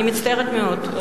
אני מצטערת מאוד.